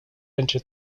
into